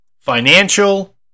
financial